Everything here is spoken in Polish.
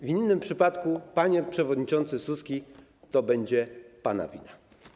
W innym przypadku, panie przewodniczący Suski, to będzie pana wina.